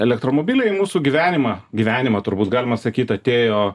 elektromobiliai į mūsų gyvenimą gyvenimą turbūt galima sakyt atėjo